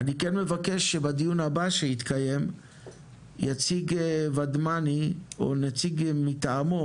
אני כן מבקש שבדיון הבא שיתקיים יציג ודמני או נציג מטעמו